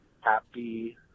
happy